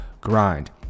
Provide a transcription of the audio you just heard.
Grind